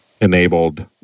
enabled